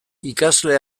ikasle